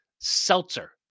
seltzer